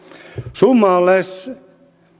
summa on lähes